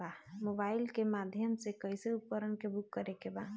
Mobile के माध्यम से कैसे उपकरण के बुक करेके बा?